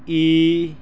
E